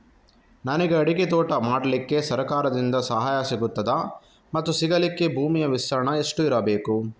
ನನಗೆ ಅಡಿಕೆ ತೋಟ ಮಾಡಲಿಕ್ಕೆ ಸರಕಾರದಿಂದ ಸಹಾಯ ಸಿಗುತ್ತದಾ ಮತ್ತು ಸಿಗಲಿಕ್ಕೆ ಭೂಮಿಯ ವಿಸ್ತೀರ್ಣ ಎಷ್ಟು ಇರಬೇಕು?